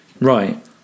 Right